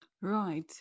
right